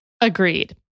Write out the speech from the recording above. Agreed